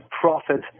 profit